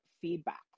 feedback